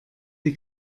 die